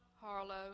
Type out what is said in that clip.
Harlow